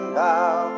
bow